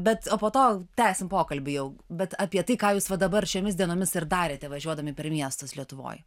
bet o po to tęsim pokalbį jau bet apie tai ką va dabar šiomis dienomis ir darėte važiuodami per miestas lietuvoj